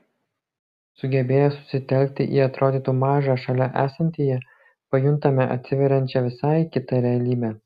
sugebėję susitelkti į atrodytų mažą šalia esantįjį pajuntame atsiveriančią visai kitą realybę